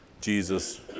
Jesus